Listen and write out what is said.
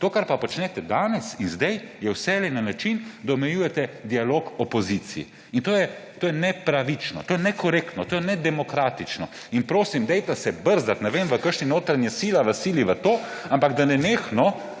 To, kar pa počnete danes in sedaj, je vselej na način, da omejujete dialog opoziciji. To je nepravično, to je nekorektno, to je nedemokratično. In prosim, dajte se brzdati, ne vem, kakšna notranja sila vas sili v to, ampak da nenehno